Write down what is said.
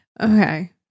Okay